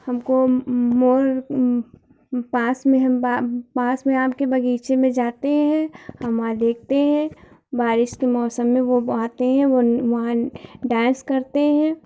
हमको मोर हम पास में हम बाग़ पास में आम के बगीचे में जाते हैं हम वहाँ देखते हैं बारिश के मौसम में वो बहुत आते हैं वो वहाँ डेंस करते हैं